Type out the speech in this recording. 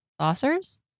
saucers